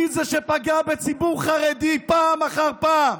מי זה שפגע בציבור החרדי פעם אחר פעם?